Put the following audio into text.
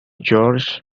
george